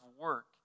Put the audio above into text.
work